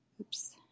oops